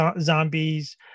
zombies